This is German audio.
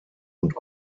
und